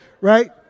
right